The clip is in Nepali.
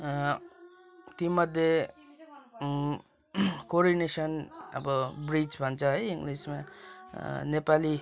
ती मध्ये कोरोनेसन अब ब्रीज भन्छ है इङ्गलिसमा नेपालीमा